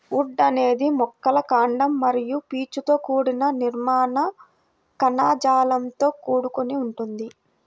would అనేది మొక్కల కాండం మరియు పీచుతో కూడిన నిర్మాణ కణజాలంతో కూడుకొని ఉంటుంది